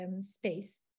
space